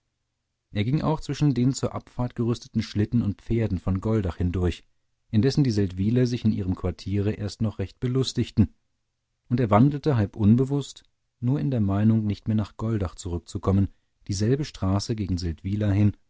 er ging auch zwischen den zur abfahrt gerüsteten schlitten und pferden von goldach hindurch indessen die seldwyler sich in ihrem quartiere erst noch recht belustigten und er wandelte halb unbewußt nur in der meinung nicht mehr nach goldach zurückzukommen dieselbe straße gegen seldwyla hin